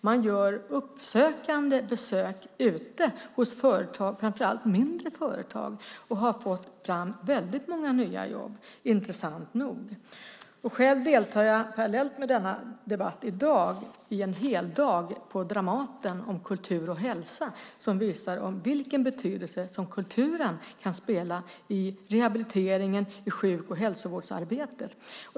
Man gör uppsökande besök ute hos företag, framför allt mindre företag, och har fått fram väldigt många nya jobb, intressant nog. Själv deltar jag parallellt med denna debatt i dag i en heldag på Dramaten om kultur och hälsa som visar vilken betydelse kulturen kan ha vid rehabiliteringen i sjuk och hälsovårdsarbetet.